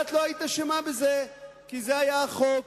את לא היית אשמה בזה, כי זה היה החוק.